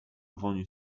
woń